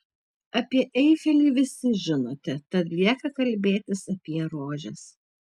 apie eifelį visi žinote tad lieka kalbėtis apie rožes